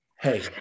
hey